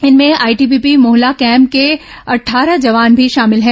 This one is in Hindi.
इनमें आईटीबीपी मोहला कैम्प के अट्ठारह जवान भी शामिल हैं